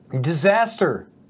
Disaster